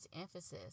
emphasis